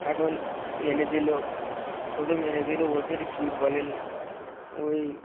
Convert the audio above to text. এখন এনে দিলো প্রথম এনে দিলো ওদের কী বলে ওই